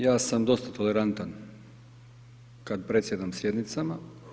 Ja sam dosta tolerantan kad predsjedam sjednicama.